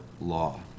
law